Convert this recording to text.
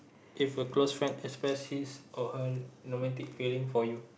if a close friend express his or her romantic feelings for you